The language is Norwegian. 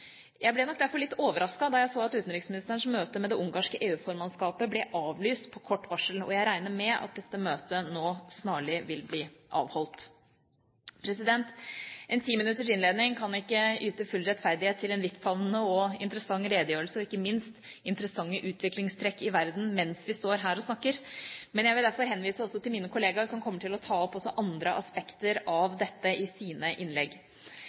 Jeg ble derfor litt overrasket da jeg så at utenriksministerens møte med det ungarske EU-formannskapet ble avlyst på kort varsel, og jeg regner med at dette møtet nå snarlig vil bli avholdt. En 10-minutters innledning kan ikke yte full rettferdighet overfor en vidtfavnende og interessant redegjørelse og ikke minst interessante utviklingstrekk i verden – mens vi står her og snakker. Jeg vil derfor henvise til mine kollegaer, som kommer til å ta opp også andre aspekter av dette i sine innlegg.